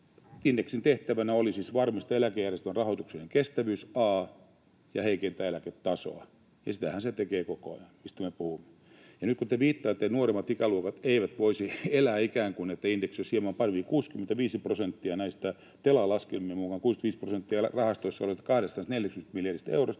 Indeksin tehtävänä oli siis varmistaa eläkejärjestelmän rahoituksen kestävyys ja heikentää eläketasoa, ja sitähän se tekee koko ajan, mistä me puhumme. Ja nyt kun te viittaatte, että nuoremmat ikäluokat eivät ikään kuin voisi elää ilman että indeksi olisi hieman parempi, niin Tela-laskelmien mukaan 65 prosenttia rahastoissa olevista 240 miljardista eurosta